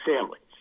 families